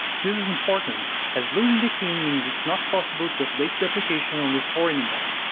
this is important, as losing the key means it's not possible to update the application on the store anymore.